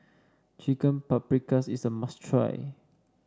Chicken Paprikas is a must try